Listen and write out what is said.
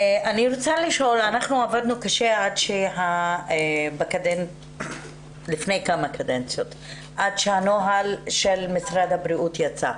אנחנו עבדנו קשה לפני כמה קדנציות עד שהנוהל של משרד הבריאות יצא.